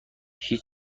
هیچ